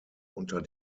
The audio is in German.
unter